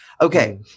Okay